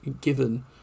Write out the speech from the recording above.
given